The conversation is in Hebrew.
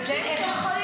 תקשיבו טוב --- אני בהלם.